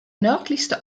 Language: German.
nördlichste